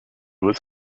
was